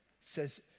says